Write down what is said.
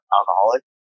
alcoholic